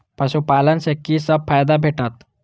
पशु पालन सँ कि सब फायदा भेटत?